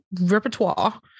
repertoire